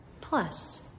Plus